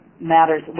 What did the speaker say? Matters